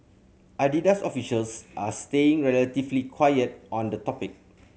Adidas officials are staying relatively quiet on the topic